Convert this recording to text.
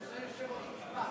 אדוני היושב-ראש, משפט.